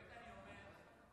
אני אומר באמת,